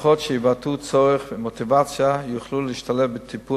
משפחות שיבטאו צורך ומוטיבציה יוכלו להשתלב בטיפול